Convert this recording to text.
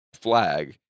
Flag